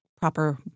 proper